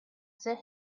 set